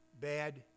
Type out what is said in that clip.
bad